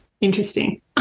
interesting